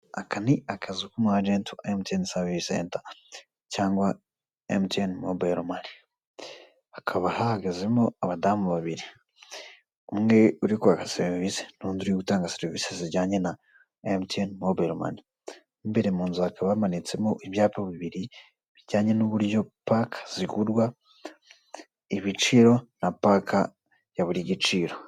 Aka ni akazu ku mu agent wa MTN service center cyangwa MTN Mobile Money, hakaba hahagazemo abadamu babiri umwe uri kwaka serivisi n'undi uri gutanga serivisi zijyanye na MTN Mobile Money, mo imbere mu nzu hakaba hamanitsemo ibyapa bibiri bijyanye n'uburyo pake zigurwa, ibiciro na pake ya buri giciro.